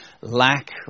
lack